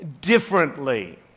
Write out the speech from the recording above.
differently